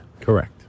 Correct